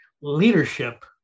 leadership